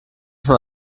von